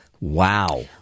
Wow